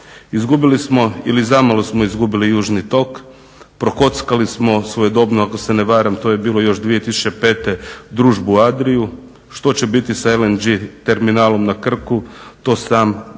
Izgubili smo ili zamalo smo izgubili južni tok, prokockali smo svojedobno ako se ne varam to je bilo još 2005. Družbu Adriu, što će biti s LNG terminalom na Krku, to sam Bog